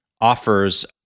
offers